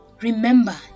Remember